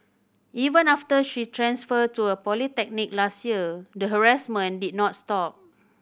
even after she transferred to a polytechnic last year the harassment did not stop